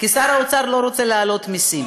כי שר האוצר לא רוצה להעלות מסים.